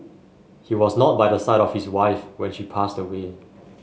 he was not by the side of his wife when she passed away